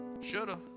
Shoulda